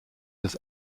des